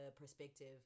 perspective